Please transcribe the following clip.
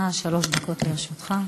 בבקשה, שלוש דקות לרשותך.